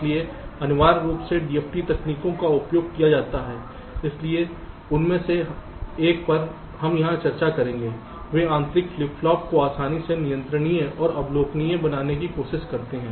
इसलिए अनिवार्य रूप से DFT तकनीकों का उपयोग किया जाता है इसलिए उनमें से एक पर हम यहां चर्चा करेंगे वे आंतरिक फ्लिप फ्लॉप को आसानी से नियंत्रणीय और अवलोकनीय बनाने की कोशिश करते हैं